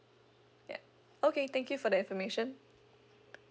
ya okay thank you for the information